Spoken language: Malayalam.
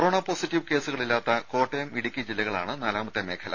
കൊറോണ പോസിറ്റീവ് കേസുകളില്ലാത്ത കോട്ടയം ഇടുക്കി ജില്ലകളാണ് നാലാമത്തെ മേഖല